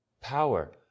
power